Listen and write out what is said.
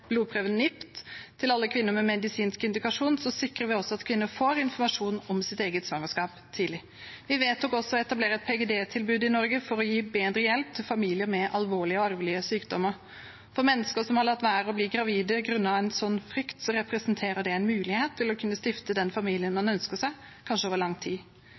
blodprøven NIPT til alle kvinner med medisinsk indikasjon sikrer vi også at kvinner får informasjon om sitt eget svangerskap tidlig. Vi vedtok også å etablere et PGD-tilbud i Norge for å gi bedre hjelp til familier med alvorlige og arvelige sykdommer. For mennesker som har latt være å bli gravid grunnet en sånn frykt, representerer det en mulighet til å kunne stifte den familien man har ønsket seg, kanskje over lang tid.